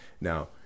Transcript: Now